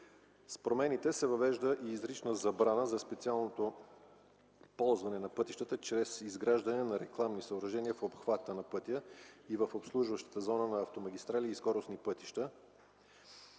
С промените се въвежда и изрична забрана за специалното ползване на пътищата чрез изграждане на рекламни съоръжения в обхвата на пътя и в обслужващата зона на автомагистрали и скоростни пътища,